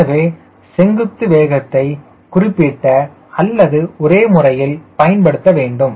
எனவே செங்குத்து வேகத்தை குறிப்பிட்ட அல்லது ஒரே முறையில் படத்த வேண்டும்